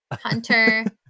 Hunter